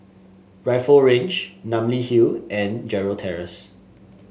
Rifle Range Namly Hill and Gerald Terrace